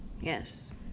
yes